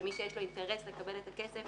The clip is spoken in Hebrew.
למי שיש לו אינטרס לקבל את הכסף,